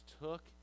took